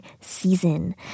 season